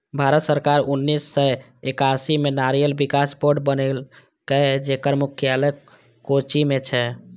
भारत सरकार उन्नेस सय एकासी मे नारियल विकास बोर्ड बनेलकै, जेकर मुख्यालय कोच्चि मे छै